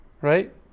Right